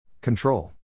Control